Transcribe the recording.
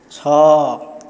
ଛଅ